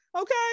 Okay